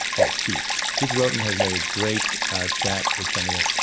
oh keith, keith rotan has made a great chat, which i'm gonna,